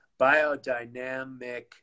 Biodynamic